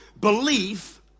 belief